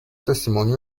testimonio